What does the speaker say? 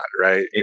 Right